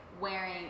wearing